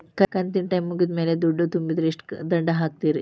ಕಂತಿನ ಟೈಮ್ ಮುಗಿದ ಮ್ಯಾಲ್ ದುಡ್ಡು ತುಂಬಿದ್ರ, ಎಷ್ಟ ದಂಡ ಹಾಕ್ತೇರಿ?